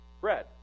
bread